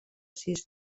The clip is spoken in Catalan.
sis